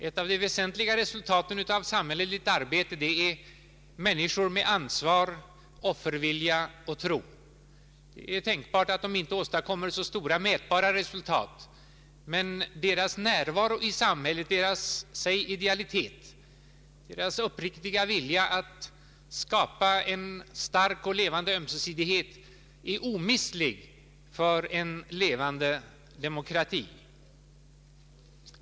Ett av de väsentliga resultaten av samhälleligt arbete är människor med ansvar, offervilja och tro. Det är tänkbart att de inte åstadkommer så stora mätbara resultat, men deras närvaro i samhället, säg deras idealitet, deras uppriktiga vilja att skapa en stark och levande ömsesidighet är omistlig för en levande demokrati.